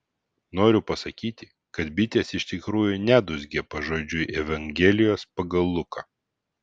noriu pasakyti kad bitės iš tikrųjų nedūzgė pažodžiui evangelijos pagal luką